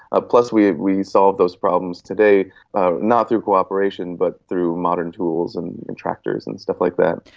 ah plus we ah we solve those problems today not through cooperation but through modern tools and tractors and stuff like that.